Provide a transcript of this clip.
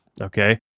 Okay